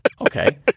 Okay